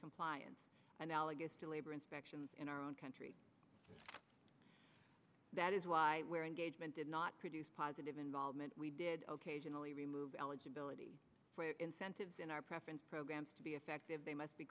compliance analogous to labor inspections in our own country that is why where engagement did not produce positive involvement we did ok generally remove eligibility for incentives in our preference programs to be effective they must be